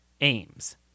aims